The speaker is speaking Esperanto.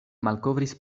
malkovris